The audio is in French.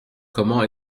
comment